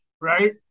right